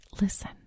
listen